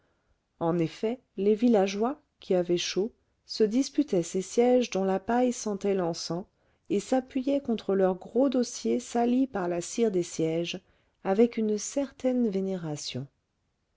en effet les villageois qui avaient chaud se disputaient ces sièges dont la paille sentait l'encens et s'appuyaient contre leurs gros dossiers salis par la cire des cierges avec une certaine vénération